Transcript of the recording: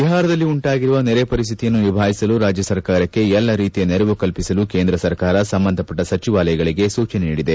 ಬಿಹಾರದಲ್ಲಿ ಉಂಟಾಗಿರುವ ನೆರೆ ಪರಿಸ್ಥಿತಿಯನ್ನು ನಿಭಾಯಿಸಲು ರಾಜ್ಯ ಸರ್ಕಾರಕ್ಕೆ ಎಲ್ಲಾ ರೀತಿಯ ನೆರವು ಕಲ್ಪಿಸಲು ಕೇಂದ್ರ ಸರ್ಕಾರ ಸಂಬಂಧಪಟ್ಟ ಸಚಿವಾಲಯಗಳಿಗೆ ಸೂಚನೆ ನೀಡಿದೆ